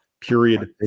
Period